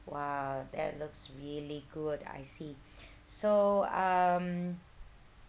!wow! that looks really good I see so um